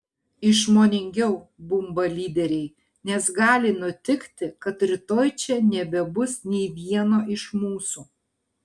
išmoningiau bumba lyderiai nes gali nutikti kad rytoj čia nebebus nė vieno iš mūsų